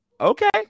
okay